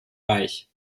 reich